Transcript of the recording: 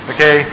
Okay